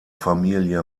familie